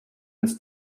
this